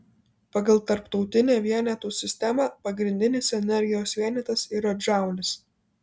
pagal tarptautinę vienetų sistemą pagrindinis energijos vienetas yra džaulis